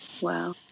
Wow